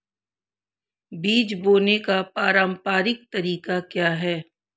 बीज बोने का पारंपरिक तरीका क्या है?